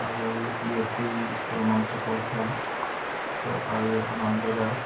আৰু ই অতি ৰোমাঞ্চকৰ খেল এইটো আৰু আনন্দদায়ক